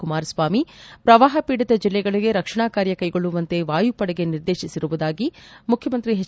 ಕುಮಾರಸ್ವಾಮಿ ಪ್ರವಾಹ ಪೀಡಿತ ಜಿಲ್ಲೆಗಳಿಗೆ ರಕ್ಷಣಾ ಕಾರ್ಯಾ ಕೈಗೊಳ್ಳುವಂತೆ ವಾಯುಪಡೆಗೆ ನಿರ್ದೇಶಿಸಿರುವುದಾಗಿ ಮುಖ್ಯಮಂತ್ರಿ ಎಚ್